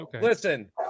Listen